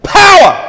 power